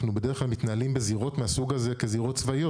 אנחנו בדרך כלל מתנהלים בזירות מהסוג הזה כזירות צבאיות.